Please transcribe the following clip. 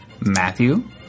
Matthew